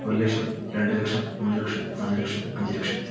ഒരുലക്ഷം രണ്ട് ലക്ഷം മൂന്ന് ലക്ഷം നാല് ലക്ഷം അഞ്ച് ലക്ഷം